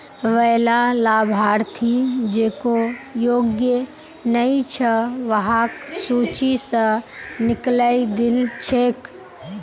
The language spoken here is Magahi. वैला लाभार्थि जेको योग्य नइ छ वहाक सूची स निकलइ दिल छेक